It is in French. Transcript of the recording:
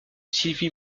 sylvie